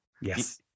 Yes